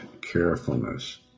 carefulness